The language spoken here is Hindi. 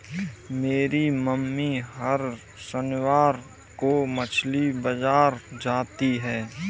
मेरी मम्मी हर शनिवार को मछली बाजार जाती है